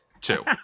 Two